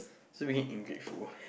so make it <UNK